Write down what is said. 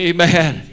Amen